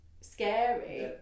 scary